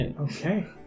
Okay